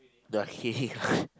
the